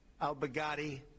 al-Baghdadi